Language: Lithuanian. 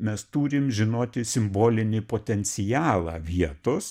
mes turim žinoti simbolinį potencialą vietos